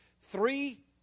three